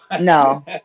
No